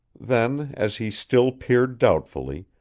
then, as he still peered doubtfully,